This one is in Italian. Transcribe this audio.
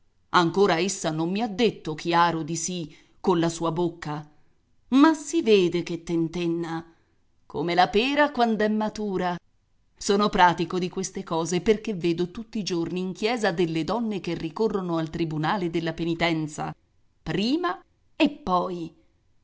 ancora essa non mi ha detto chiaro di sì colla sua bocca ma si vede che tentenna come la pera quand'è matura sono pratico di queste cose perché vedo tutti i giorni in chiesa delle donne che ricorrono al tribunale della penitenza prima e poi